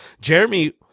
Jeremy